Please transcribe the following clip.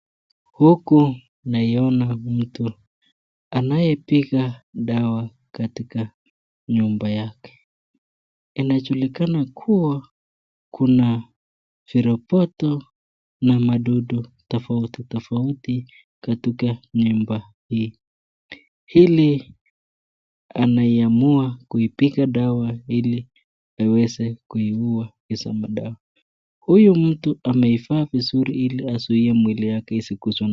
Huku naiona mtu anapiga dawa katika nyumba yake. Inajulika kuwa kuna viroboto na madudu tofauti tofauti kwa nyumba hii ili anaamua kupiga dawa ili aweze kuua na hizo madawa. Hyu ameamua kuvaa vizuri ili azuie mwili kuguzwa.